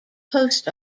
post